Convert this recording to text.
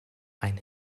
ein